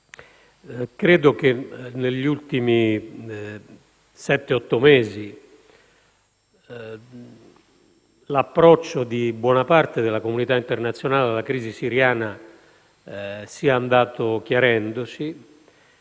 credo che negli ultimi sette o otto mesi l'approccio di buona parte della comunità internazionale alla crisi siriana sia andato chiarendosi